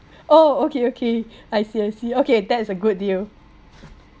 oh okay okay I see I see okay that's a good deal